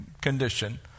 condition